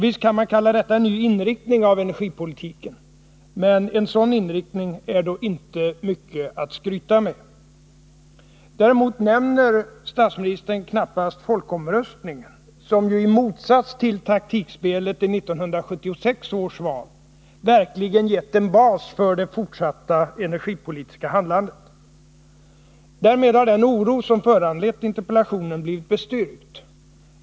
Visst kan man kalla detta en nyinriktning av energipolitken, men en sådan inriktning är då inte mycket att skryta med. Däremot nämner statsministern knappast folkomröstningen, som ju, i motsats till taktikspelet i 1976 års val, verkligen gett en bas för det fortsatta energipolitiska handlandet. Därmed har den oro som föranlett interpellationen blivit bestyrkt.